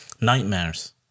nightmares